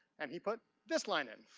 and he put this line in.